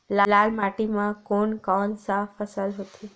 लाल माटी म कोन कौन से फसल होथे?